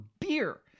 beer